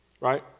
right